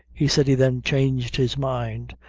he said he then changed his mind,